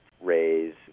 raise